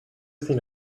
seen